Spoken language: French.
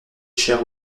chère